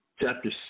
Chapter